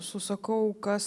susakau kas